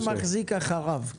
מחרה מחזיק אחריו.